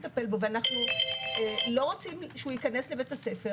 ולא רוצים שייכנס לבת הספר